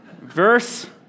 verse